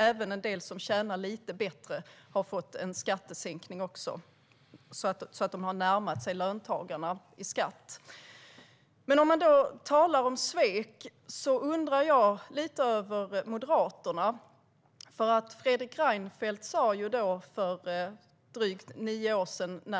Även en del som har lite mer pension har fått en skattesänkning, så att de har närmat sig löntagarna i skatt. Om man då talar om svek undrar jag lite över det Moderaterna och Fredrik Reinfeldt sa när de gick till val för drygt nio år sedan,